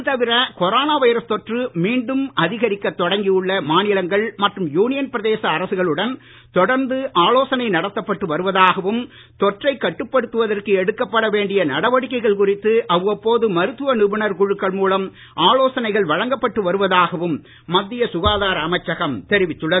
இது தவிர corona virus தொற்று மீண்டும் அதிகரிக்க தொடங்கியுள்ள மாநிலங்கள் மற்றும் யூனியன் பிரதேச அரசுகளுடன் தொடர்ந்து ஆலோசனை நடத்தப்பட்டு வருவதாகவும் தொற்றை கட்டுப்படுத்துவதற்கு எடுக்கப்பட வேண்டிய நடவடிக்கைகள் குறித்து அவ்வப்போது மருத்துவ நிபுணர் குழுக்கள் மூலம் ஆலோசனைகள் வருவதாகவும் சுகாதார வழங்கப்பட்டு மத்திய அமைச்சகம் தெரிவித்துள்ளது